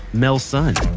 mel's son